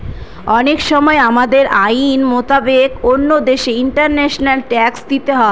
অনেক সময় আমাদের আইন মোতাবেক অন্য দেশে ইন্টারন্যাশনাল ট্যাক্স দিতে হয়